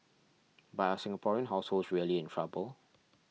but are Singaporean households really in trouble